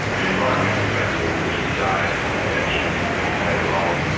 and environmental factors such as diet and infections may play a role.